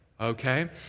okay